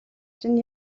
чинь